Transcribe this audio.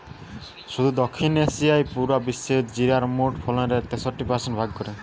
শুধু দক্ষিণ এশিয়াই পুরা বিশ্বের জিরার মোট ফলনের তেষট্টি পারসেন্ট ভাগ করে